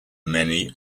many